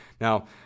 Now